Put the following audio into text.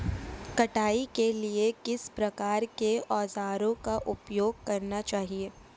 कटाई के लिए किस प्रकार के औज़ारों का उपयोग करना चाहिए?